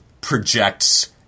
projects